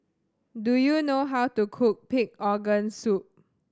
do you know how to cook pig organ soup